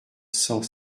cent